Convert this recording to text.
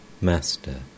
Master